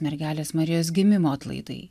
mergelės marijos gimimo atlaidai